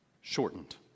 Shortened